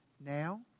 Now